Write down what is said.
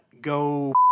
go